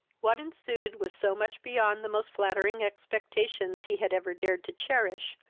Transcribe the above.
what ensued was so much beyond the most flattering expectations he had ever dared to cherish,